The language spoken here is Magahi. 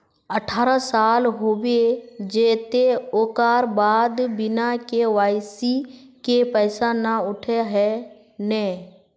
अठारह साल होबे जयते ओकर बाद बिना के.वाई.सी के पैसा न उठे है नय?